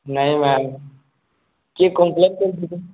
ନାଇଁ ମ୍ୟାମ୍ କିଏ କମ୍ପଲେନ୍ କରିଛି କି